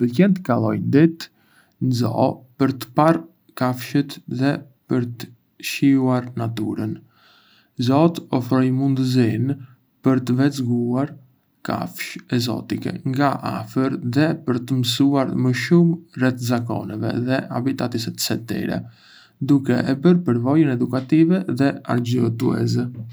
Më pëlqen të kaloj një ditë në zoo për të parë kafshët dhe për të shijuar natyrën. Zoo-t ofrojnë mundësinë për të vëzhguar kafshë ekzotike nga afër dhe për të mësuar më shumë rreth zakoneve dhe habitates së tyre, duke e bërë përvojën edukative dhe argëtuese.